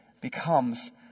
becomes